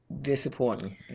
disappointing